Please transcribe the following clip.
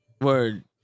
Word